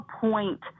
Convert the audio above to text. point